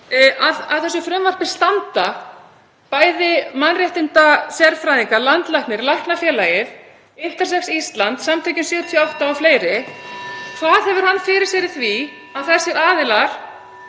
Að þessu frumvarpi standa mannréttindasérfræðingar, landlæknir, Læknafélag Íslands, Intersex Ísland, Samtökin '78 og fleiri. Hvað hefur hann fyrir sér í því að þessir aðilar